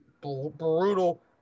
brutal